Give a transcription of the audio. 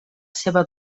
seva